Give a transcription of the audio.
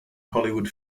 hollywood